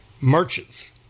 merchants